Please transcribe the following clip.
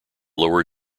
lower